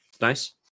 nice